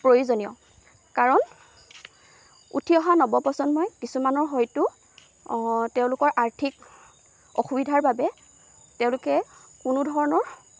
প্ৰয়োজনীয় কাৰণ উঠি অহা নৱপ্ৰজন্মই কিছুমানৰ হয়তো তেওঁলোকৰ আৰ্থিক অসুবিধাৰ বাবে তেওঁলোকে কোনো ধৰণৰ